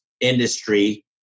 industry